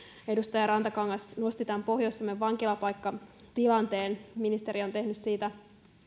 edustaja rantakangas nosti tämän pohjois suomen vankilapaikkatilanteen ministeri on tehnyt siitä